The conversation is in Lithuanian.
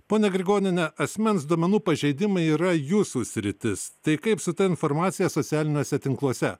ponia grigoniene asmens duomenų pažeidimai yra jūsų sritis tai kaip su ta informacija socialiniuose tinkluose